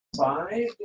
five